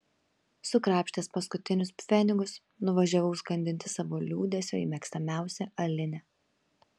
sukrapštęs paskutinius pfenigus nuvažiavau skandinti savo liūdesio į mėgstamiausią alinę